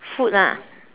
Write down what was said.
food lah